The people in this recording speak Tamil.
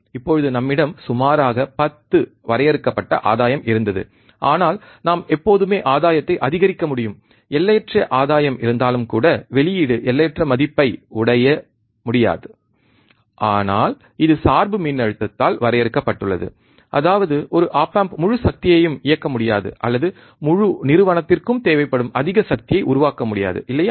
இப்போது நம்மிடம் சுமாராக 10 வரையறுக்கப்பட்ட ஆதாயம் இருந்தது ஆனால் நாம் எப்போதுமே ஆதாயத்தை அதிகரிக்க முடியும் எல்லையற்ற ஆதாயம் இருந்தாலும் கூட வெளியீடு எல்லையற்ற மதிப்பை அடைய முடியாது ஆனால் இது சார்பு மின்னழுத்தத்தால் வரையறுக்கப்பட்டுள்ளது அதாவது ஒரு ஒப் ஆம்ப் முழு சக்தியையும் இயக்க முடியாது அல்லது முழு நிறுவனத்திற்கும் தேவைப்படும் அதிக சக்தியை உருவாக்க முடியாது இல்லையா